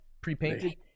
pre-painted